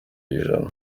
ijana